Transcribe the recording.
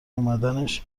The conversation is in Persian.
اومدنش